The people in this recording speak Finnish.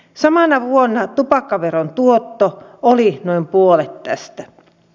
samana vuonna tupakkaveron tuotto oli noin puolet tästä